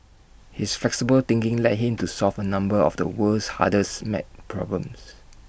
his flexible thinking led him to solve A number of the world's hardest math problems